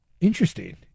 Interesting